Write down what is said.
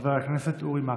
חבר הכנסת אורי מקלב.